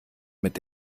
mit